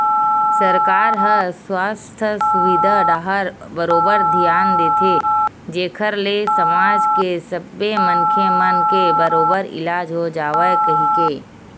सरकार ह सुवास्थ सुबिधा डाहर बरोबर धियान देथे जेखर ले समाज के सब्बे मनखे मन के बरोबर इलाज हो जावय कहिके